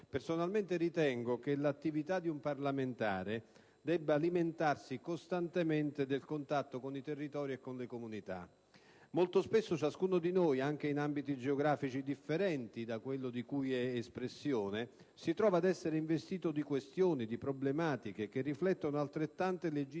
personalmente che l'attività di un parlamentare debba alimentarsi costantemente del contatto con i territori e le comunità. Molto spesso ciascuno di noi, anche in ambiti geografici differenti da quello di cui è espressione, si trova ad essere investito di questioni e di problematiche che riflettono altrettante legittime